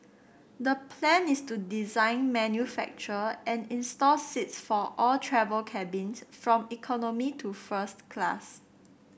the plan is to design manufacture and install seats for all travel cabins from economy to first class